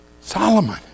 Solomon